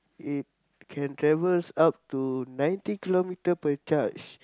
it can travels up to ninety kilometre per charge